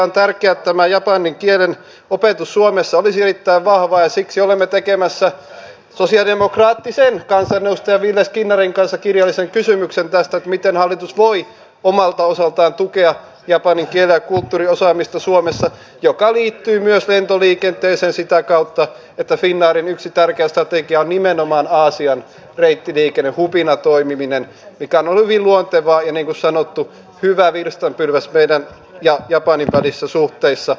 on tärkeää että japanin kielen opetus suomessa olisi erittäin vahvaa ja siksi olemme tekemässä sosialidemokraattisen kansanedustajan ville skinnarin kanssa kirjallisen kysymyksen tästä miten hallitus voi omalta osaltaan tukea japanin kielen ja kulttuurin osaamista suomessa mikä liittyy myös lentoliikenteeseen sitä kautta että finnairin yksi tärkeä strategia on nimenomaan aasian reittiliikenteen hubina toimiminen mikä on ollut hyvin luontevaa ja niin kuin sanottu hyvä virstanpylväs meidän ja japanin välisissä suhteissa